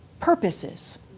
purposes